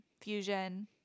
Fusion